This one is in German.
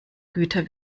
güter